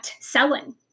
selling